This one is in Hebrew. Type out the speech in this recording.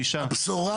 גישה --- הבשורה,